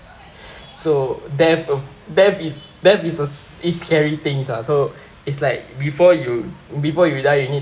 so death of death is death is a is scary things ah so it's like before you before you die you need